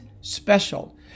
special